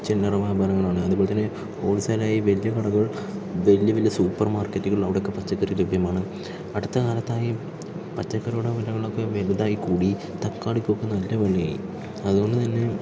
ചില്ലറ വ്യാപാരങ്ങളാണ് അതുപോലെത്തന്നെ ഹോൾസെയിലായി വല്ല്യ കടകൾ വല്ല്യ വല്ല്യ സൂപ്പർ മാർക്കറ്റുകൾ അവിടെയൊക്കെ പച്ചക്കറികൾ ലഭ്യമാണ് അടുത്ത കാലത്തായി പച്ചക്കറികളുടെ വിലയൊക്കെ വലുതായി കൂടി തക്കാളിക്കൊക്കെ നല്ല വിലയായി അതുകൊണ്ടുതന്നെ